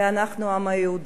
ואנחנו העם היהודי.